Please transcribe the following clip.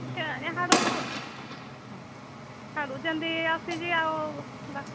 କେଜାଣି ସିଆଡ଼ୁ ଯେ ହଁ ସିଆଡ଼ୁ ଯେମିତି ଆସୁଛି ଆଉ